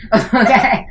Okay